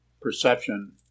perception